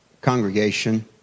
congregation